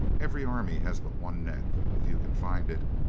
every army has but one neck if you can find it.